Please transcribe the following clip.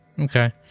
Okay